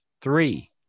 three